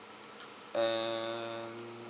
and